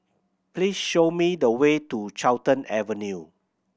please show me the way to Carlton Avenue